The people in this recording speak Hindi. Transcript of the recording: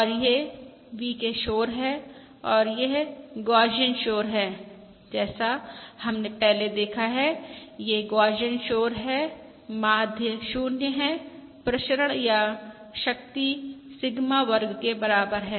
और यह VK शोर है और यह गौसियन शोर है जैसा हमने पहले देखा है यह गौसियन शोर है माध्य 0 है प्रसरण या शक्ति सिग्मा वर्ग के बराबर है